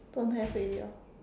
don't have already orh